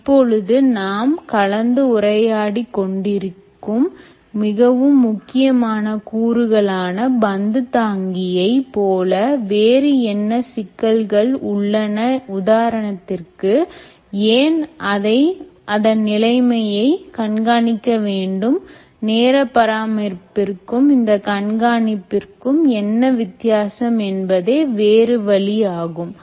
இப்பொழுது நாம் கலந்து உரையாடிக் கொண்டிருக்கும் மிகவும் முக்கியமான கூறுகளான பந்து தாங்கியை போல் வேறு என்ன சிக்கல்கள் உள்ளன உதாரணத்திற்கு ஏன் அதன் நிலைமையை கண்காணிக்கவேண்டும் நேர பராமரிப்பிற்கும் இந்த கண்காணிப்பு க்கும் என்ன வித்தியாசம் என்பதே வேற வழி ஆகும்